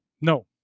No